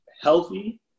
healthy